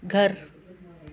घरु